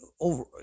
over